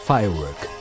Firework